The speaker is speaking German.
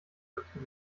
wörtchen